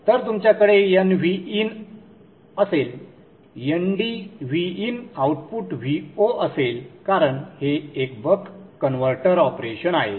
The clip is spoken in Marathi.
तर तुमच्याकडे nVin असेल ndVin आउटपुट Vo असेल कारण हे एक बक कन्व्हर्टर ऑपरेशन आहे